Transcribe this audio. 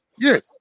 Yes